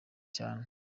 cyane